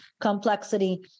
complexity